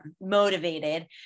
motivated